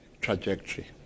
trajectory